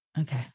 Okay